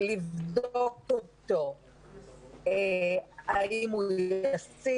לבדוק אותו האם הוא ישים.